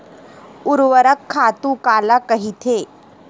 ऊर्वरक खातु काला कहिथे?